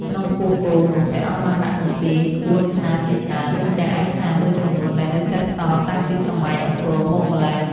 ក្នុងពោះគោនោះ ព្រះអង្គបានដាក់គម្ពីរក្បួនខ្នាតជាច្រើន រួមទាំងឯកសារមួយចំនួនដែលនៅសេសសល់តាំងពីសម័យអង្គរមកម្ល៉េះ។